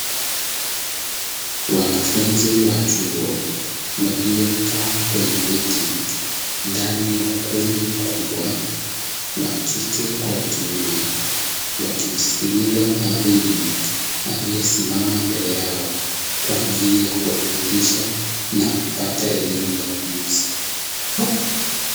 Wanafunzi wa chuo waliokaa kwenye viti ndani ya ukumbi mkubwa, wa kike kwa wa kiume wakimsikiliza mhadhiri aliyesimama mbele yao kwa ajili ya kuwafundisha na kupata elimu na ujuzi.